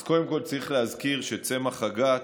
אז קודם כול צריך להזכיר שצמח הגת,